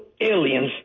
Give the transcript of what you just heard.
aliens